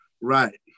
right